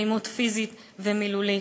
אלימות פיזית ומילולית.